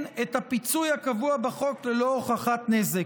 את הפיצוי הקבוע בחוק ללא הוכחת נזק.